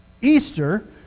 Easter